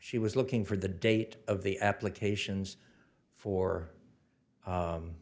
she was looking for the date of the applications for